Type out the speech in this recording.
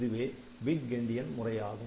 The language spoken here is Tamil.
இதுவே பிக் என்டியன் முறையாகும்